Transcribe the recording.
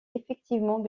effectivement